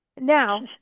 Now